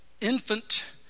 infant